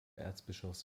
erzbischofs